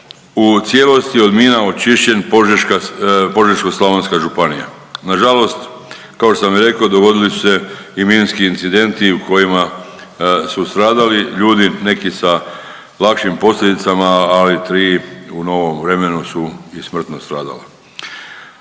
u cijelosti od mina očišćen požeška, Požeško-slavonska županija. Nažalost, kao što sam i rekao dogodili su se i minski incidenti u kojima su stradali ljudi, neki sa lakšim posljedicama, ali tri u novom vremenu su i smrtno stradala.